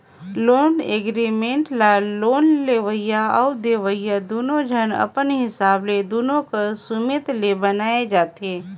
loan agreement ल loan लेवइया अउ देवइया दुनो झन अपन हिसाब ले दुनो कर सुमेत ले बनाए जाथें